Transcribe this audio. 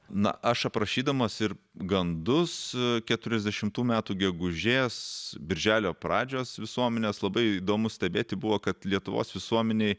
na aš aprašydamas ir gandus keturiasdešimtų metų gegužės birželio pradžios visuomenes labai įdomu stebėti buvo kad lietuvos visuomenėj